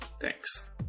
Thanks